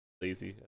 Lazy